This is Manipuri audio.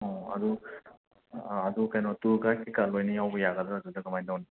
ꯑꯣ ꯑꯗꯣ ꯑꯗꯣ ꯀꯩꯅꯣ ꯇꯨꯔ ꯒꯥꯏꯠ ꯀꯩ ꯀꯥ ꯂꯣꯏꯅ ꯌꯥꯎꯕ ꯌꯥꯒꯗ꯭ꯔꯥ ꯑꯗꯨꯗ ꯀꯃꯥꯏꯅ ꯇꯧꯅꯤ